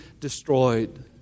destroyed